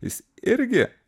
jis irgi